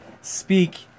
speak